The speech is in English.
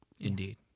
Indeed